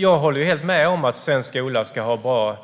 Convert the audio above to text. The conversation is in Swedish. Jag håller helt med om att svensk skola ska ha bra